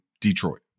Detroit